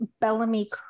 Bellamy